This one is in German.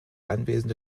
anwesende